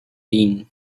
din